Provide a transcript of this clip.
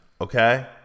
okay